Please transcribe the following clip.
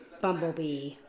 Bumblebee